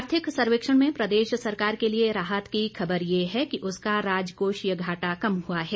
आर्थिक सर्वेक्षण में प्रदेश सरकार के लिए राहत की खबर यह है कि उसका राजकोषीय घाटा कम हुआ है